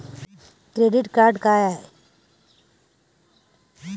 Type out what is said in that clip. Credit card का हाय?